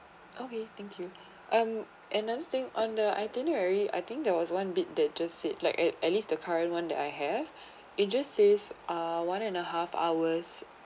okay thank you um another thing on the itinerary I think there was one bit that they just said like at at least the current one that I have they just said uh one and a half hours